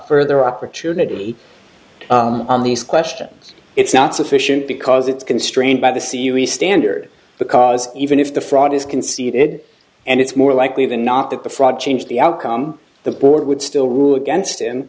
further opportunity on these questions it's not sufficient because it's constrained by the cus standard because even if the fraud is conceded and it's more likely than not that the fraud changed the outcome the board would still rule against him